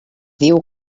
diu